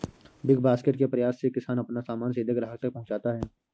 big basket के प्रयास से किसान अपना सामान सीधे ग्राहक तक पहुंचाता है